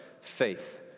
faith